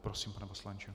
Prosím, pane poslanče.